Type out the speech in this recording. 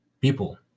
people